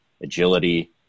agility